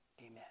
amen